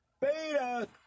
Beta